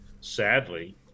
sadly